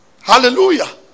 Hallelujah